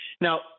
Now